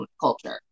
culture